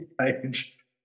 page